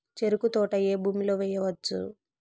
చెరుకు తోట ఏ భూమిలో వేయవచ్చు?